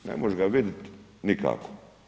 Ne možeš ga vidjeti nikako.